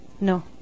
No